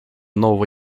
нового